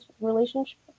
relationship